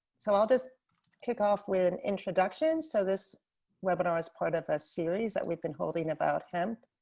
so, i'll just kick off with introductions so this webinar is part of a series that we've been holding about hemp.